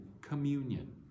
communion